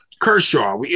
Kershaw